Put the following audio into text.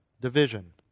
division